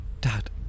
Dad